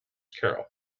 carroll